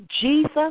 Jesus